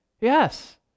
yes